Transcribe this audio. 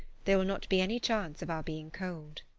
there will not be any chance of our being cold.